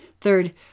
Third